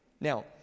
Now